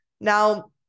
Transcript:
Now